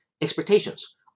expectations